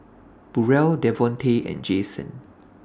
Burrel Devontae and Jason